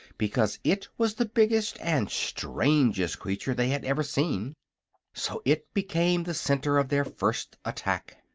because it was the biggest and strangest creature they had ever seen so it became the center of their first attack.